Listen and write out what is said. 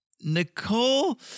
Nicole